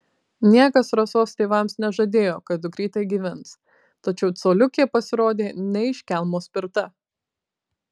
niekas rasos tėvams nežadėjo kad dukrytė gyvens tačiau coliukė pasirodė ne iš kelmo spirta